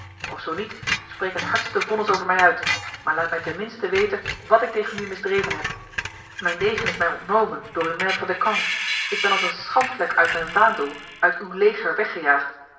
of zoo niet spreek het hardste vonnis over mij uit maar laat mij ten minste weten wat ik tegen u misdreven heb mijn degen is mij ontnomen door uw maistre de camp ik ben als een schandvlek uit mijn vaandel uit uw leger weggejaagd